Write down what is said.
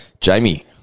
Jamie